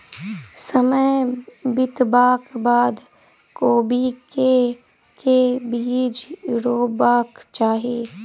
समय बितबाक बाद कोबी केँ के बीज रोपबाक चाहि?